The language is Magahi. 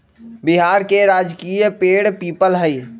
बिहार के राजकीय पेड़ पीपल हई